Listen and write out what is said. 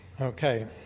Okay